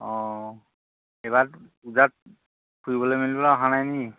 অঁ এইবাৰ পূজাত ফুৰিবলে মেলিবলে অহা নাই নি